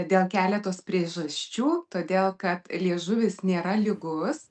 dėl keletos priežasčių todėl kad liežuvis nėra lygus